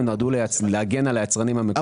הם נועדו להגן על היצרנים המקומיים.